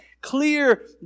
clear